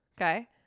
Okay